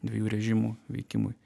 dviejų režimų veikimui